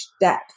depth